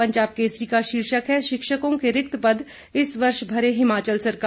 पंजाब केसरी का शीर्षक है शिक्षकों के रिक्त पद इस वर्ष भरें हिमाचल सरकार